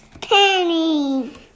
Penny